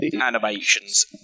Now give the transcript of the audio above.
animations